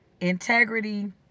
integrity